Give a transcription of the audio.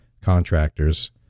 contractors